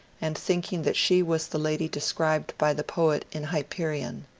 and thinking that she was the lady described by the poet in hyperion.